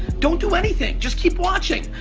don't do anything, just keep watching.